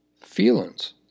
feelings